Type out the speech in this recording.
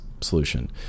solution